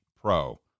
pro